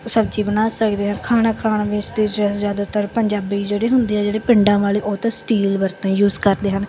ਸਬਜ਼ੀ ਬਣਾ ਸਕਦੇ ਹਾਂ ਖਾਣਾ ਖਾਣ ਵਾਸਤੇ ਜ਼ ਜ਼ਿਆਦਾਤਰ ਪੰਜਾਬੀ ਜਿਹੜੇ ਹੁੰਦੇ ਆ ਜਿਹੜੇ ਪਿੰਡਾਂ ਵਾਲੇ ਉਹ ਤਾਂ ਸਟੀਲ ਬਰਤਨ ਯੂਜ਼ ਕਰਦੇ ਹਨ